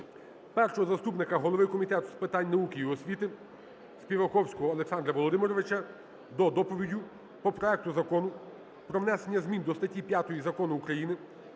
першого заступника голови Комітету з питань науки і освіти Співаковсього Олександра Володимировича до доповіді по проекту Закону про внесення змін до статті 5 Закону України